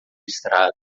estrada